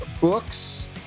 books